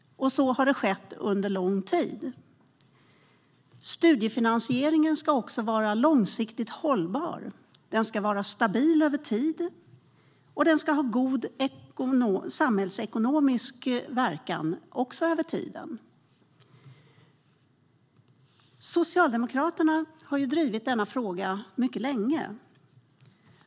Så har skett under lång tid. Studiefinansieringen ska vara långsiktigt hållbar, stabil över tid och ha en god samhällsekonomisk verkan, också över tid. Socialdemokraterna har drivit denna fråga mycket länge.